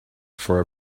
for